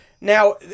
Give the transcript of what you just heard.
Now